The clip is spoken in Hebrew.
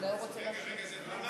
רגע, רגע.